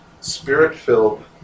spirit-filled